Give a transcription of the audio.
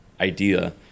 idea